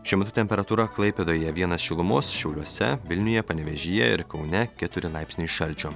šiuo metu temperatūra klaipėdoje vienas šilumos šiauliuose vilniuje panevėžyje ir kaune keturi laipsniai šalčio